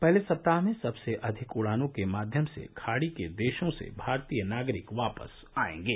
पहले सप्ताह में सबसे अधिक उड़ानों के माध्यम से खाड़ी के देशों से भारतीय नागरिक वापस आएंगे